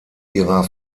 ihrer